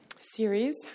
series